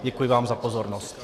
Děkuji vám za pozornost.